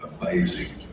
amazing